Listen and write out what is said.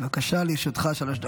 בבקשה, לרשותך שלוש דקות.